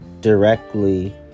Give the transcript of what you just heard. directly